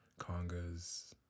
congas